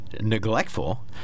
neglectful